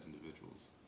individuals